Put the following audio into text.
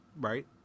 right